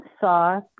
saw